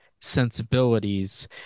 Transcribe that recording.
sensibilities